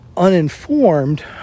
uninformed